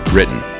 Written